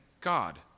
God